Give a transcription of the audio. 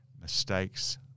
mistakes